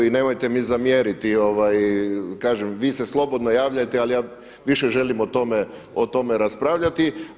I nemojte mi zamjeriti, kažem vi se slobodno javljajte, ali ja više želim o tome raspravljati.